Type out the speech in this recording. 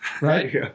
Right